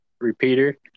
Repeater